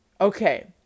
okay